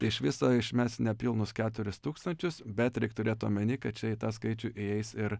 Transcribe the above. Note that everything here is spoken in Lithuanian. iš viso išmes nepilnus keturis tūkstančius bet reik turėt omeny kad čia į tą skaičių įeis ir